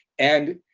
and,